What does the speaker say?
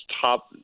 top